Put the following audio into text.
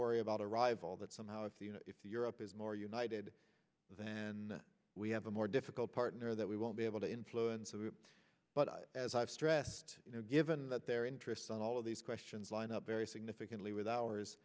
worry about a rival that somehow if europe is more united than we have a more difficult partner that we won't be able to influence over but as i've stressed you know given that their interests on all of these questions lined up very significantly with ours